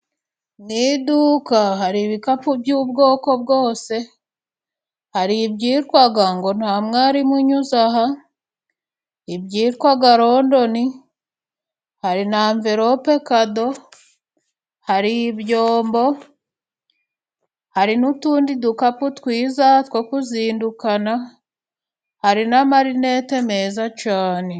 Mu iduka hari ibikapu by'ubwoko bwose, hari ibyitwa ngo nta mwarimu unyuze aha, ibyitwa rondoni, hari na anvelope kado, hari ibyombo, hari n'utundi dukapu twiza two kuzindukana hari n'amalinete meza cyane.